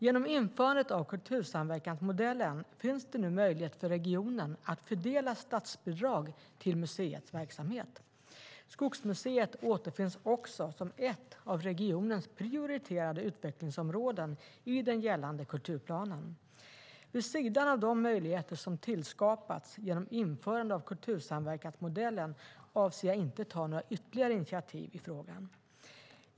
Genom införandet av kultursamverkansmodellen finns det nu möjlighet för regionen att fördela statsbidrag till museets verksamhet. Skogsmuseet återfinns också som ett av regionens prioriterade utvecklingsområden i den gällande kulturplanen. Vid sidan av de möjligheter som tillskapats genom införandet av kultursamverkansmodellen avser jag inte att ta några initiativ i frågan.